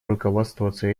руководствоваться